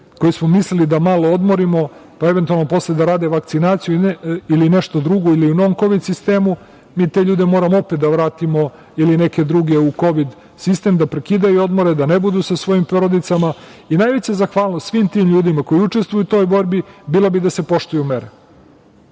koje smo mislili da malo odmorimo, pa eventualno da rade vakcinaciju, ili nešto drugo, ili u nokovid sistemu, mi te ljude moramo opet da vratimo ili neke druge u kovid sistem, da prekidaju odmore da ne budu sa svojim porodicama. Najveća zahvalnost svim tim ljudima koji učestvuju u toj borbi bila bi da se poštuju mere.